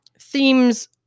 themes